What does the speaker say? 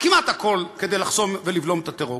כמעט הכול כדי לחסום ולבלום את הטרור,